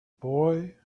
boy